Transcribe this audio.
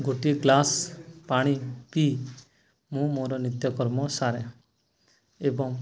ଗୋଟିଏ ଗ୍ଲାସ୍ ପାଣି ପିଇ ମୁଁ ମୋର ନିତ୍ୟକର୍ମ ସାରେ ଏବଂ